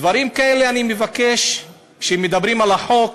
דברים כאלה, אני מבקש, כשמדברים על החוק,